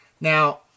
Now